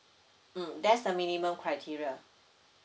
mm that's the minimum criteria